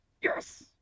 Yes